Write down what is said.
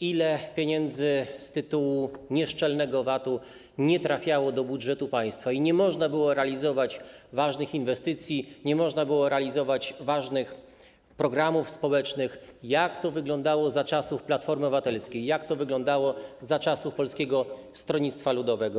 ile pieniędzy z tytułu nieszczelnego VAT-u nie trafiało do budżetu państwa i nie można było realizować ważnych inwestycji, nie można było realizować ważnych programów społecznych, jak to wyglądało za czasów Platformy Obywatelskiej, jak to wyglądało za czasów Polskiego Stronnictwa Ludowego.